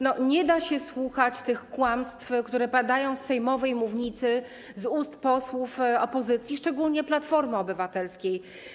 Nie da się słuchać tych kłamstw, które padają z sejmowej mównicy z ust posłów opozycji, szczególnie Platformy Obywatelskiej.